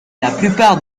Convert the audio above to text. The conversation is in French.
plupart